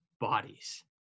bodies